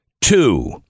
Two